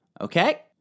Okay